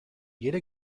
jede